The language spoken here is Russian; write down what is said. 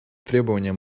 требование